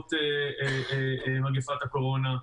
למרות מגפת הקורונה.